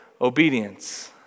obedience